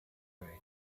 raised